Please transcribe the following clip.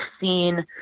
seen